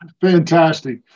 Fantastic